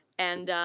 and,